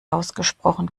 ausgesprochen